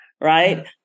right